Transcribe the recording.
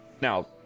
now